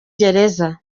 gereza